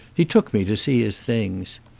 he took me to see his things.